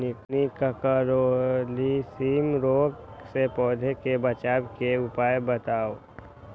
निककरोलीसिस रोग से पौधा के बचाव के उपाय बताऊ?